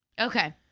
Okay